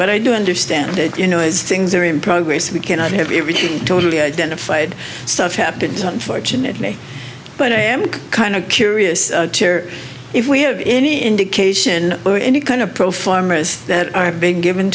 but i do understand that you know as things are in progress we cannot have everything totally identified stuff happens unfortunately but i am kind of curious if we have any indication or any kind of profile armors that i have been given